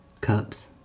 cups